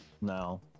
No